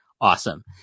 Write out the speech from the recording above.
awesome